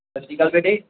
ਸਤਿ ਸ਼੍ਰੀ ਅਕਾਲ ਬੇਟੇ